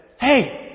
hey